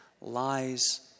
lies